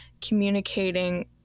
communicating